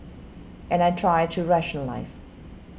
and I try to rationalise